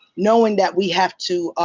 knowing that we have to.